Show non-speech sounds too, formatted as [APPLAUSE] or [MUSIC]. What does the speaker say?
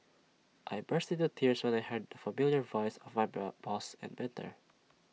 I burst into tears when I heard familiar voice of my [UNINTELLIGIBLE] boss and mentor